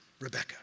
Rebecca